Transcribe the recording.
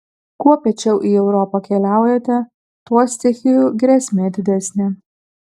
kuo piečiau į europą keliaujate tuo stichijų grėsmė didesnė